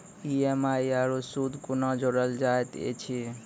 EMI आरू सूद कूना जोड़लऽ जायत ऐछि?